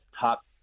top